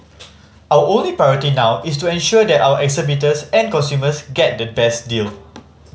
our only priority now is to ensure that our exhibitors and consumers get the best deal